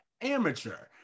amateur